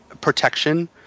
protection